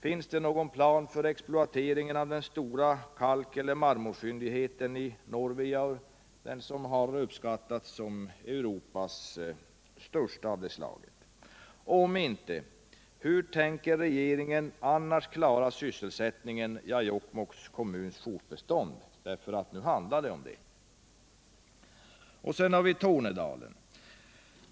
Finns det någon plan för exploateringen av den stora kalk eller marmorfyndigheten i Norvijaur. den som bedömts vara Europas största i sitt slag? Om inte — hur tänker regeringen då klara sysselsättningen i Jokkmokks kommun? Hur skall regeringen då kunna garantera kommunens fortbestånd — det handlar ju nu t.o.m. om det? Sedan har vi Tornedalen.